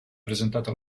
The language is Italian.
presentata